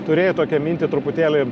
turėjai tokią mintį truputėlį